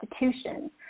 institutions